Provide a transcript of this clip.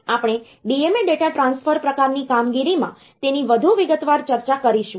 આપણે DMA data transfer પ્રકારની કામગીરીમાં તેની વધુ વિગતવાર ચર્ચા કરીશું